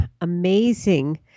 amazing